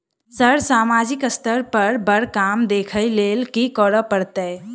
Sir सामाजिक स्तर पर बर काम देख लैलकी करऽ परतै?